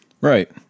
Right